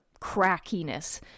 crackiness